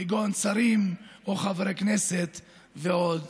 כגון שרים או חברי כנסת ועוד.